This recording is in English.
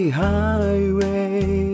highway